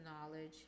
knowledge